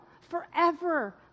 forever